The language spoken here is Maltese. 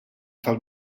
tal